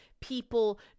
people